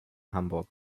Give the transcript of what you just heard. hamburg